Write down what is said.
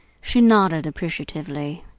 she nodded appreciatively.